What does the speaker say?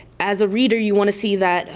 as a reader, you want to see that